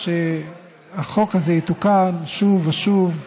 שהחוק הזה יתוקן שוב ושוב,